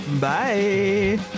Bye